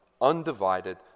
undivided